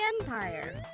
Empire